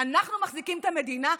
אנחנו מחזיקים את המדינה?